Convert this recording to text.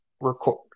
record